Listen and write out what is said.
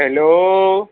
hello